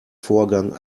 vorgang